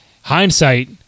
hindsight